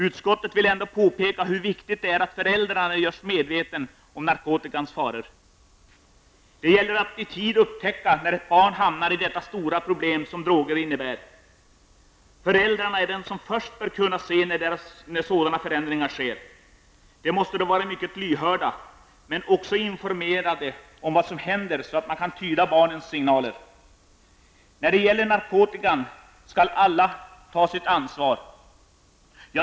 Utskottet vill ändå påpeka hur viktigt det är att föräldrarna görs medvetna om narkotikans faror. Det gäller att i tid upptäcka när ett barn hamnar i det stora problem som droger innebär. Föräldrarna är de som först bör kunna se när sådana förändringar sker. De måste då vara mycket lyhörda men också informerade om vad som händer, så att de kan tyda barnens signaler. När det gäller narkotikan skall alla ta sitt ansvar.